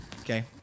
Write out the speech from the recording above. okay